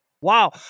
Wow